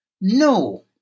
No